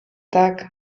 tak